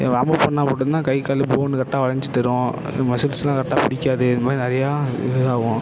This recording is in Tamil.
ஏ வார்ம்அப் பண்ணால் மட்டுந்தான் கை கால் போனு கரெக்டாக வளைஞ்சு தரும் மசில்ஸ்லாம் கரெக்டாக பிடிக்காது இது மாதிரி நிறையா இது ஆகும்